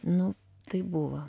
nu taip buva